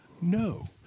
No